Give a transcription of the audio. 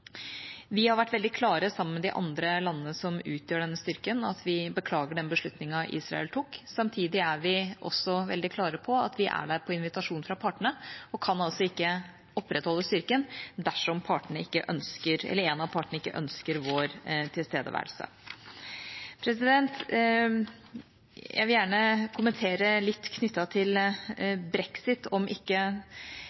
Vi, sammen med de andre landene som utgjør denne styrken, har vært veldig klare på at vi beklager beslutningen Israel tok. Samtidig er vi veldig klare på at vi er der på invitasjon fra partene, og kan ikke opprettholde styrken dersom en av partene ikke ønsker vår tilstedeværelse. Jeg vil gjerne kommentere